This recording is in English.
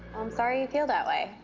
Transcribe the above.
i'm sorry you feel that way.